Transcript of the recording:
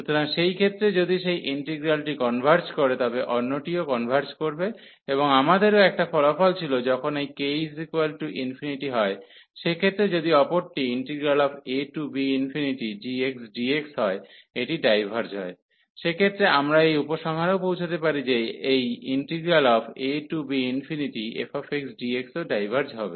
সুতরাং সেই ক্ষেত্রে যদি সেই ইন্টিগ্রালটি কনভার্জ করে তবে অন্যটিও কনভার্জ করবে এবং আমাদেরও একটা ফলাফল ছিল যখন এই k∞ হয় সেক্ষেত্রে যদি অপরটি abgxdx হয় এটি ডাইভার্জ হয় সেক্ষেত্রে আমরা এই উপসংহারেও পৌঁছতে পারি যে এই abfxdx ও ডাইভার্জ হবে